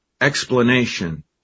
explanation